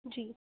جی